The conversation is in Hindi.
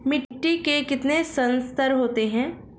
मिट्टी के कितने संस्तर होते हैं?